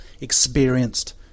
experienced